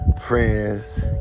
friends